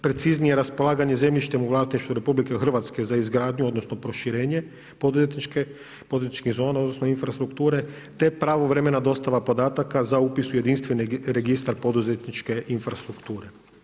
Preciznije raspolaganje zemljištem u vlasništvu RH, za izgradnju, odnosno, proširenje poduzetničke zona, odnosno, infrastrukture, te pravovremena dostava podataka za upis u jedinstveni registar poduzetničke infrastrukture.